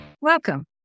Welcome